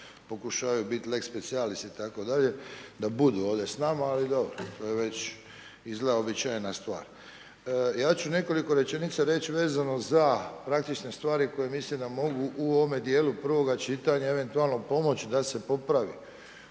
čak pokušavaju biti lex specialis itd., da budu ovdje s nama, ali dobro, to je već izgleda uobičajena stvar. Ja ću nekoliko rečenica reći vezano za praktične stvari koje mislim da mogu u ovome djelu prvoga čitanja eventualno pomoć da se popravi